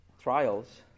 trials